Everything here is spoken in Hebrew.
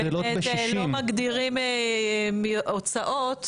איך מגדירים הוצאות?